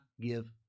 give